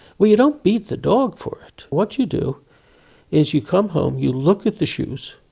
well, you don't beat the dog for it. what you do is you come home, you look at the shoes,